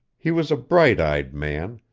he was a bright-eyed man,